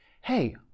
Hey